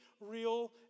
real